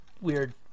weird